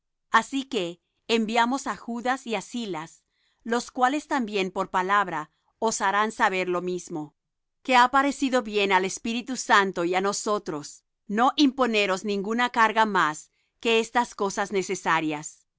así que enviamos á judas y á silas los cuales también por palabra os harán saber lo mismo que ha parecido bien al espíritu santo y á nosotros no imponeros ninguna carga más que estas cosas necesarias